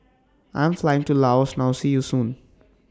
I Am Flying to Laos now See YOU Soon